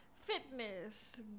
fitness